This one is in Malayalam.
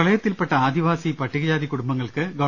പ്രളയത്തിൽ പെട്ട ആദിവാസി പട്ടികജാതി കൂടുംബങ്ങൾക്ക് ഗവ